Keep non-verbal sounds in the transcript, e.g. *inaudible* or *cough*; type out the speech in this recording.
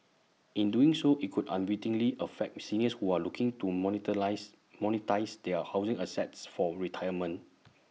in doing so IT could unwittingly affect seniors who are looking to *unintelligible* monetise their housing assets for retirement